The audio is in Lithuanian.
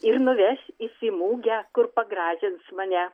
ir nuveš jis į mugę kur pagražins mane